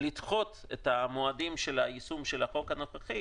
לדחות את המועדים של היישום של החוק הנוכחי